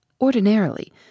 Ordinarily